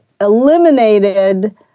eliminated